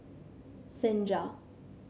Senja